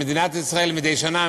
שמדינת ישראל מדי שנה,